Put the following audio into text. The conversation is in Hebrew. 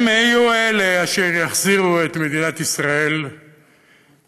הם יהיו אלה אשר יחזירו את מדינת ישראל מאוד